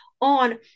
on